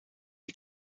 die